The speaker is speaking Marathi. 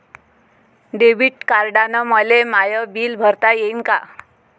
डेबिट कार्डानं मले माय बिल भरता येईन का?